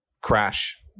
crash